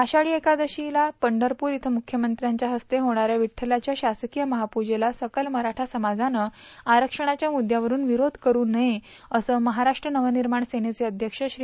आषाढी एकादशीला पंढरपूर इथं मुख्यमंत्र्यांच्या हस्ते होणाऱ्या विठ्ठलाच्या शासकीय महापूजेला सकल मराठा समाजानं आरक्षणाच्या मुद्यावरून विरोधी करून नये असं महाराष्ट्र नवनिर्माण सेनेचे अध्यब श्री